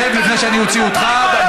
שב לפני שאני אוציא אותך.